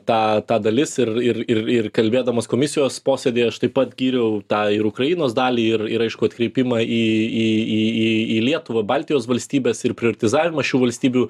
tą ta dalis ir ir ir ir kalbėdamas komisijos posėdyje aš taip pat gyriau tą ir ukrainos dalį ir ir aišku atkreipimą į į į į į lietuvą baltijos valstybes ir prioritizavimas šių valstybių